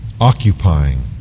occupying